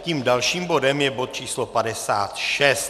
Tím dalším bodem je bod číslo 56.